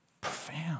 Profound